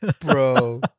bro